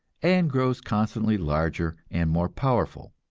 and grows constantly larger and more powerful.